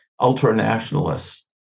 ultranationalists